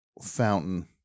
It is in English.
fountain